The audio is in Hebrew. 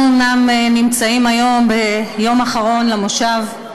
אנחנו אומנם היום ביום האחרון למושב,